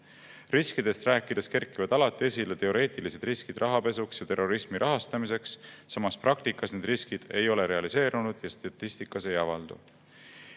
Riskidest rääkides kerkivad alati esile teoreetilised rahapesu ja terrorismi rahastamise riskid, samas ei ole need riskid praktikas realiseerunud ja statistikas ei avaldu.